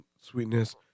sweetness